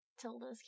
Tilda's